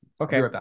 Okay